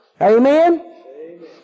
Amen